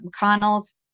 McConnell's